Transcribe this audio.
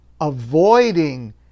avoiding